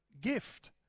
gift